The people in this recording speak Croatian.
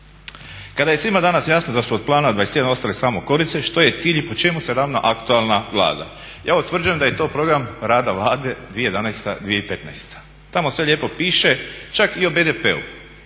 Kada je svima danas jasno da su od Plana 21 ostale samo korice što je cilj i po čemu se ravna aktualna Vlada? Ja utvrđujem da je to program rada Vlade 2011.-2015. Tamo sve lijepo piše, čak i o BDP-u